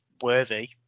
worthy